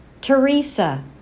Teresa